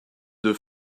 deux